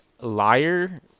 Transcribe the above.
liar